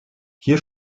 hier